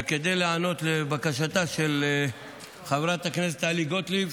וכדי להיענות לבקשתה של חברת הכנסת טלי גוטליב,